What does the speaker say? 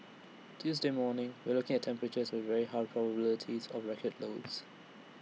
Tuesday morning we're looking at temperatures with very high probability of record lows